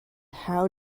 how